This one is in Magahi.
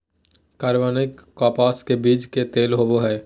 कार्बनिक कपास के बीज के तेल होबो हइ